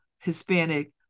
Hispanic